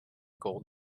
gold